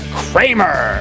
kramer